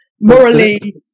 morally